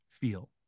feel